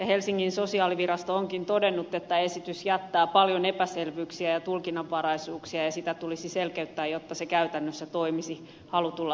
helsingin sosiaalivirasto onkin todennut että esitys jättää paljon epäselvyyksiä ja tulkinnanvaraisuuksia ja sitä tulisi selkeyttää jotta se käytännössä toimisi halutulla tavalla